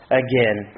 again